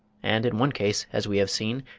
and in one case, as we have seen,